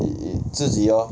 自己 lor